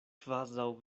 kvazaŭ